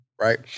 right